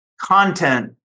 content